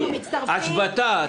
השבתה.